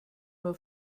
nur